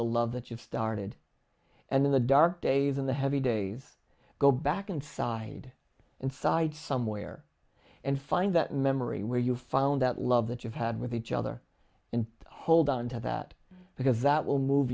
the love that you've started and in the dark days in the heavy days go back inside inside somewhere and find that memory where you found that love that you've had with each other and hold on to that because that will move